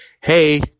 Hey